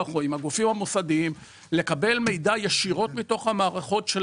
או עם הגופים המוסדיים לקבל מידע ישירות מתוך המערכות.